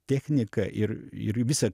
technika ir ir visa